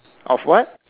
of what